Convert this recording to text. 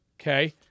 okay